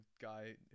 guy